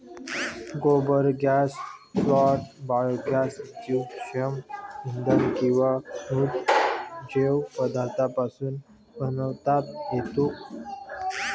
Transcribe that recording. गोबर gas plant biogas जीवाश्म इंधन किंवा मृत जैव पदार्थांपासून बनवता येतो